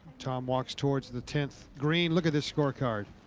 tom walks towards the tenth green. look at the scorecard.